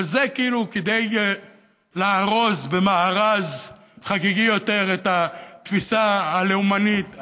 אבל זה כאילו כדי לארוז במארז חגיגי יותר את התפיסה הלאומנית,